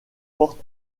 porte